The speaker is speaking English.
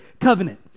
covenant